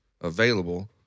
available